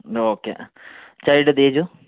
okay ಚೈಲ್ಡಿದ್ದು age